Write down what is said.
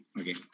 Okay